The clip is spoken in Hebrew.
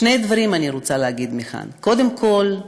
שני דברים אני רוצה להגיד מכאן: קודם כול,